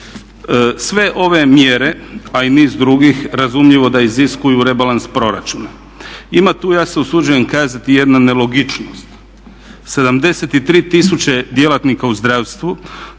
Sve ove mjere a i niz drugih razumljivo da iziskuju rebalans proračuna. Ima tu ja se usuđujem kazati jedna nelogičnost. 73 tisuće djelatnika u zdravstvu